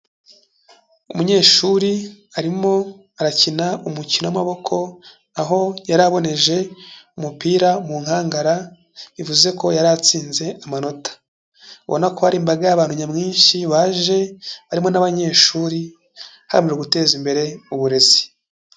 Umunyeshuri arimo arakina umukino w'amaboko, aho yari aboneje umupira mu nkangara, bivuze ko yari atsinze amanota, ubona ko hari imbaga y'abantu nyamwinshi baje barimo n'abanyeshuri, hagamijwe guteza imbere uburezi.